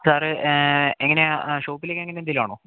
sir എങ്ങനെയാണ് ഷോപ്പിലേക്ക് അങ്ങനെ എന്തെങ്കിലും ആണോ